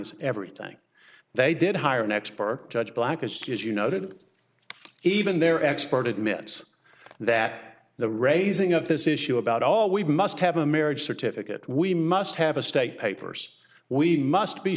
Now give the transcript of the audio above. is everything they did hire an expert judge blackest as you know that even their expert admits that the raising of this issue about all we must have a marriage certificate we must have a state papers we must be